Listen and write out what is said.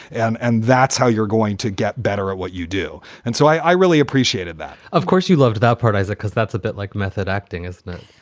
and and that's how you're going to get better at what you do. and so i really appreciated that of course, you loved that part either, because that's a bit like method acting now